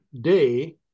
day